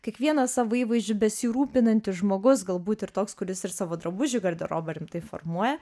kiekvienas savo įvaizdžiu besirūpinantis žmogus galbūt ir toks kuris ir savo drabužių garderobą rimtai formuoja